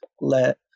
let